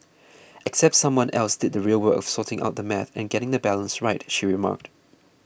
except someone else did the real work of sorting out the math and getting the balance right she remarked